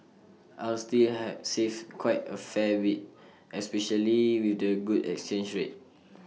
I'll still have save quite A fair especially with the good exchange rate